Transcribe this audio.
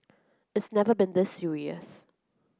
it's never been this serious